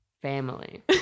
Family